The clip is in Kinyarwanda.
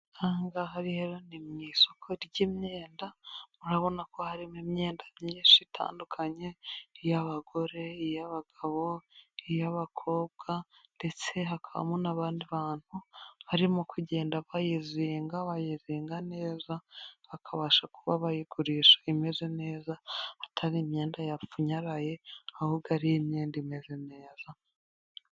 Kangaha rero, ni mu isoko ry'imyenda, murabona ko harimo imyenda myinshi itandukanye, n'iy'abagore, iy'abagabo, iy'abakobwa, ndetse hakabamo n'abandi bantu, harimo kugenda bayizinga bayirenga neza ,bakabasha kuba bayiguri imeze neza, atari imyenda yapfunyaraye, ahubwo ariyo imyenda imeze neza.